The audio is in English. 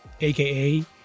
aka